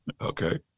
Okay